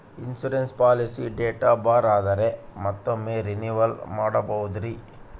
Insurance policy date ಬಾರ್ ಆದರೆ ಮತ್ತೊಮ್ಮೆ ರಿನಿವಲ್ ಮಾಡಬಹುದ್ರಿ?